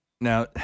Now